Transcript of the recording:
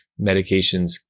medications